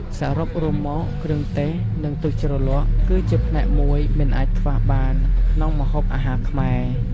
សរុបរួមមកគ្រឿងទេស និងទឹកជ្រលក់ គឺជាផ្នែកមួយមិនអាចខ្វះបានក្នុងម្ហូបអាហារខ្មែរ។